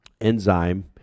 enzyme